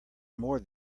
more